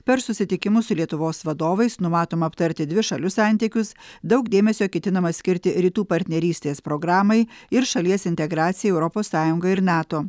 per susitikimus su lietuvos vadovais numatoma aptarti dvišalius santykius daug dėmesio ketinama skirti rytų partnerystės programai ir šalies integracijai į europos sąjungą ir nato